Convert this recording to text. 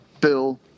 bill